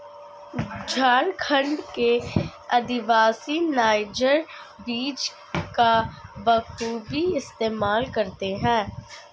झारखंड के आदिवासी नाइजर बीज का बखूबी इस्तेमाल करते हैं